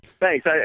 Thanks